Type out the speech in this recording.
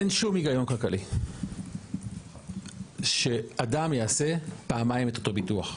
אין שום היגיון כלכלי שאדם יעשה פעמיים את אותו ביטוח.